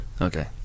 Okay